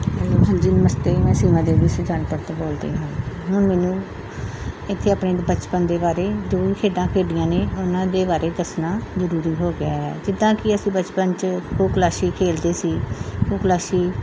hello ਹਾਂਜੀ ਨਮਸਤੇ ਮੈਂ ਸੀਮਾ ਦੇਵੀ ਸੁਜਾਨਪੁਰ ਤੋਂ ਬੋਲਦੀ ਹਾਂ ਹੁਣ ਮੈਨੂੰ ਇੱਥੇ ਆਪਣੇ ਬਚਪਨ ਦੇ ਬਾਰੇ ਜੋ ਵੀ ਖੇਡਾਂ ਖੇਡੀਆਂ ਨੇ ਉਹਨਾਂ ਦੇ ਬਾਰੇ ਦੱਸਣਾ ਜ਼ਰੂਰੀ ਹੋ ਗਿਆ ਹੈ ਜਿੱਦਾਂ ਕਿ ਅਸੀਂ ਬਚਪਨ 'ਚ ਖੇਡਦੇ ਸੀ